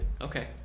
Okay